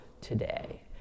today